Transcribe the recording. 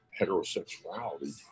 heterosexuality